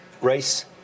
race